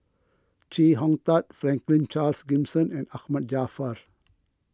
Chee Hong Tat Franklin Charles Gimson and Ahmad Jaafar